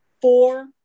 four